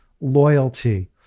Loyalty